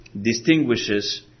distinguishes